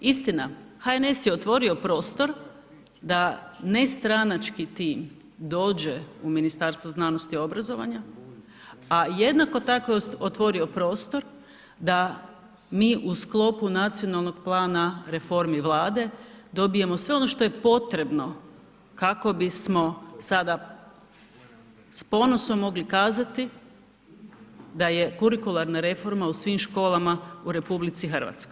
Istina, HNS je otvorio prostor da ne stranački tim dođe u Ministarstvo znanosti i obrazovanja, a jednako tako je otvorio prostor da mi u sklopu nacionalnog plana reformi Vlade dobijemo sve ono što je potrebno kako bismo sada s ponosom mogli kazati da je kurikularna reforma u svim školama u RH.